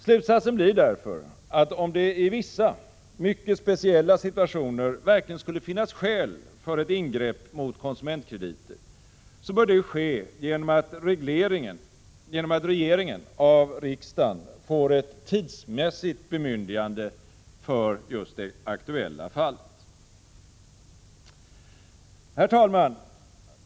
Slutsatsen blir därför att om det i vissa mycket speciella situationer verkligen skulle finnas skäl för ett ingrepp mot konsumentkrediter, bör det ske genom att regeringen av riksdagen får ett tidsmässigt bemyndigande för det aktuella fallet. Herr talman!